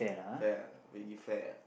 fair ah make it fair ah